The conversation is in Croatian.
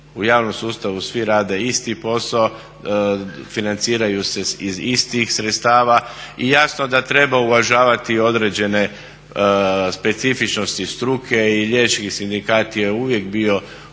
U javnom sustavu svi rade isti posao, financiraju se iz istih sredstava i jasno da treba uvažavati određene specifičnosti struke i liječnički sindikat je uvijek bio uvažavan.